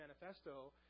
Manifesto